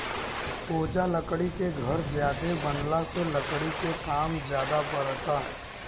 ओजा लकड़ी के घर ज्यादे बनला से लकड़ी के काम ज्यादे परता